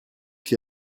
qui